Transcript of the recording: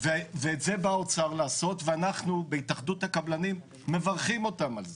ואת זה בא האוצר לעשות ואנחנו בהתאחדות הקבלנים מברכים על זה.